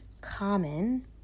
common